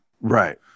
Right